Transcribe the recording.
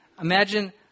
imagine